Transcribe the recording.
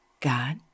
God